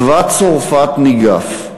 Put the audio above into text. צבא צרפת ניגף,